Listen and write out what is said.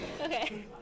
Okay